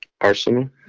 Arsenal